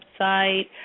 website